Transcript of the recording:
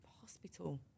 hospital